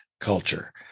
culture